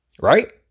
right